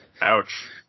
Ouch